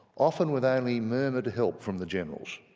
often with only murmured help from the generals!